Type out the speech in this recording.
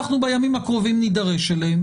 אנחנו בימים הקרובים נידרש אליהן,